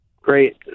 Great